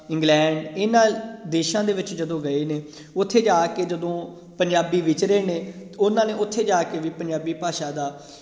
England ਇਹਨਾਂ ਦੇਸ਼ਾਂ ਦੇ ਵਿੱਚ ਜਦੋਂ ਗਏ ਨੇ ਉੱਥੇ ਜਾ ਕੇ ਜਦੋਂ ਪੰਜਾਬੀ ਵਿਚਰੇ ਨੇ ਉਹਨਾਂ ਨੇ ਉੱਥੇ ਜਾ ਕੇ ਵੀ ਪੰਜਾਬੀ ਭਾਸ਼ਾ ਦਾ